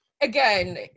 Again